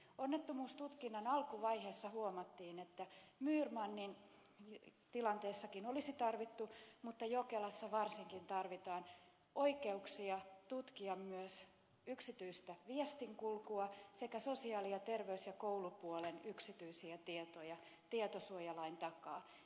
onnettomuustutkinnan alkuvaiheessa huomattiin että myyrmannin tilanteessakin olisi tarvittu mutta jokelassa varsinkin oikeuksia tutkia myös yksityistä viestinkulkua sekä sosiaali ja terveys ja koulupuolen yksityisiä tietoja tietosuojalain takaa